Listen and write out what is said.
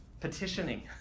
Petitioning